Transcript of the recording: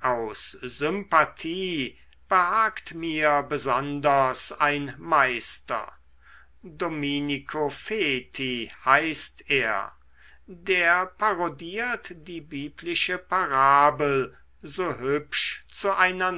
aus sympathie behagt mir besonders ein meister dominico feti heißt er der parodiert die biblische parabel so hübsch zu einer